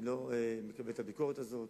אני לא מקבל את הביקורת הזאת.